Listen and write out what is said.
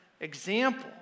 example